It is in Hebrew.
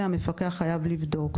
את כל הדברים האלה המפקח חייב לבדוק.